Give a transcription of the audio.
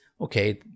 okay